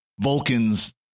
Vulcans